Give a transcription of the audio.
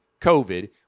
COVID